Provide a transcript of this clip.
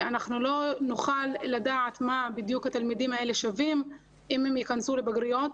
אנחנו לא נוכל לדעת מה בדיוק התלמידים האלה שווים אם הם יכנסו לבגרויות,